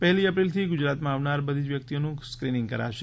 પહેલી એપ્રિલથી ગુજરામાં આવનાર બધી જ વ્યક્તિઓનું સ્ક્રિનિંગ કરાશે